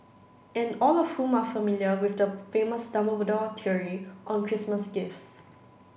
and all of whom are familiar with the famous Dumbledore theory on Christmas gifts